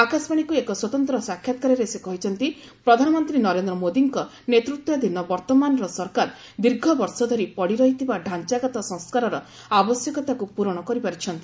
ଆକାଶବାଣୀକୁ ଏକ ସ୍ୱତନ୍ତ ସାକ୍ଷାତ୍କାରରେ ସେ କହିଛନ୍ତି ପ୍ରଧାନମନ୍ତ୍ରୀ ନରେନ୍ଦ୍ର ମୋଦିଙ୍କ ନେତୃତ୍ୱାଧୀନ ବର୍ତ୍ତମାନର ସରକାର ଦୀର୍ଘ ବର୍ଷ ଧରି ପଡ଼ିରହିଥିବା ଡାଞ୍ଚାଗତ ସଂସ୍କାରର ଆବଶ୍ୟକତାକୁ ପୂରଣ କରିପାରିଛନ୍ତି